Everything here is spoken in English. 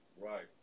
Right